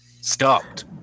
stopped